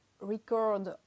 record